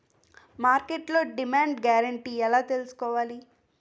మార్కెట్లో demand guarantee ఎలా తెల్సుకోవాలి?